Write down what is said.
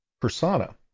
persona